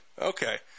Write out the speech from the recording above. Okay